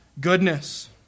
goodness